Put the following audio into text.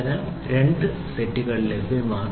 അതിനാൽ 2 സെറ്റുകൾ ലഭ്യമാണ്